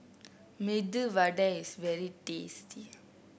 Medu Vada is very tasty